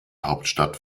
hauptstadt